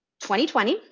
2020